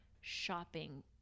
shopping